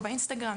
ב"אינסטגרם",